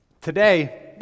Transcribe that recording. Today